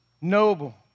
noble